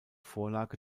vorlage